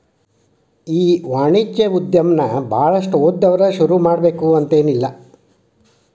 ಈ ವಾಣಿಜ್ಯೊದಮನ ಭಾಳಷ್ಟ್ ಓದ್ದವ್ರ ಶುರುಮಾಡ್ಬೆಕಂತೆನಿಲ್ಲಾ